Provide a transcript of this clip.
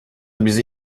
bizi